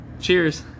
cheers